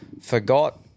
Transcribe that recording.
forgot